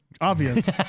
obvious